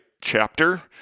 chapter